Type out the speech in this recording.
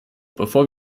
bevor